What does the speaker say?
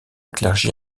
clergé